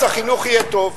אז החינוך יהיה טוב.